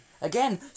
again